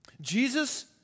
Jesus